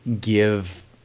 give